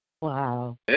Wow